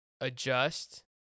adjust